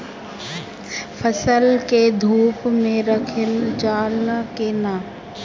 फसल के धुप मे रखल जाला कि न?